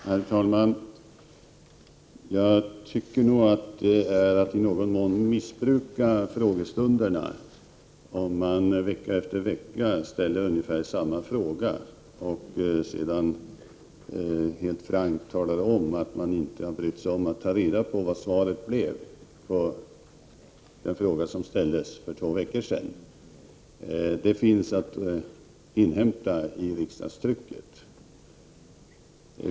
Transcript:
Herr talman! Jag tycker nog att det är att i någon mån missbruka frågestunderna om man vecka efter vecka ställer ungefär samma fråga och sedan helt frankt talar om att man inte har brytt sig om att ta reda på vilket svar som gavs på frågan som ställdes för två veckor sedan. Det svaret finns att inhämta i riksdagstrycket.